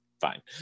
fine